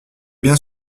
bien